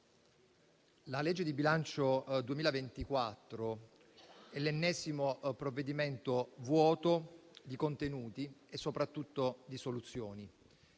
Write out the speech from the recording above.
la legge di bilancio 2024 è l'ennesimo provvedimento vuoto di contenuti e soprattutto di soluzioni.